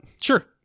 Sure